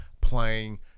playing